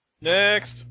Next